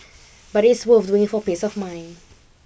but it is worth doing for peace of mind